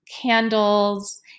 candles